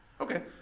Okay